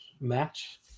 match